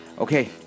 Okay